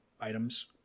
items